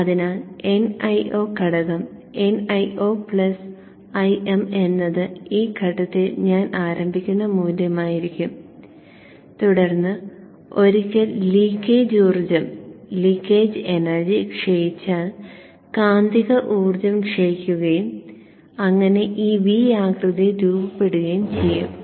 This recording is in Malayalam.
അതിനാൽ nIo ഘടകം nIo Im എന്നത് ഈ ഘട്ടത്തിൽ ഞാൻ ആരംഭിക്കുന്ന മൂല്യമായിരിക്കും തുടർന്ന് ഒരിക്കൽ ലീക്കേജ് ഊർജ്ജം ക്ഷയിച്ചാൽ കാന്തിക ഊർജ്ജം ക്ഷയികുകയും ഈ V ആകൃതിയിൽ രൂപപ്പെടുകയും ചെയ്യും